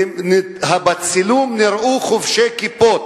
בצילום נראו חובשי כיפות,